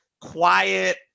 quiet